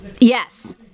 Yes